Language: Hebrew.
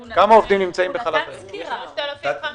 כ-3,500.